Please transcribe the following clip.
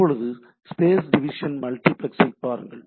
இப்போது space division multiplexing பாருங்கள்